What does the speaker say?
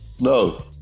No